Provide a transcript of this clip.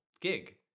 gig